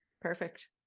perfect